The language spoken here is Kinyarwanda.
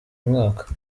mwaka